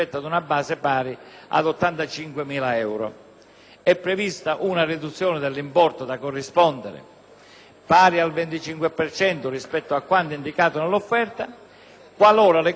È prevista una riduzione dell'importo da corrispondere, pari al 25 per cento rispetto a quanto indicato nell'offerta, qualora le concessioni vengano aggiudicate a soggetti già titolari